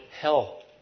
hell